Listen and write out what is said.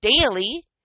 daily